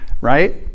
Right